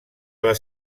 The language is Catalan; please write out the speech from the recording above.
les